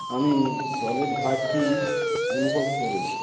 আমি জলের ঘাটতি অনুভব করেছি